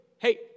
Hey